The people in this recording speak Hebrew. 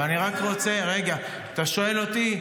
אבל אני רק רוצה, אתה שואל אותי?